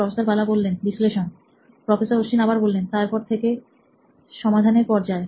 professor Bala বিশ্লেষণ professor Ashwin তারপর থাকে সমাধানের পর্যায়